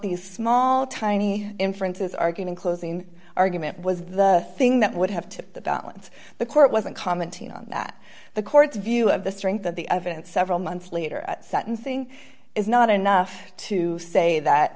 these small any inference is argument closing argument was the thing that would have tipped the balance the court wasn't commenting on that the court's view of the strength of the evidence several months later at sentencing is not enough to say that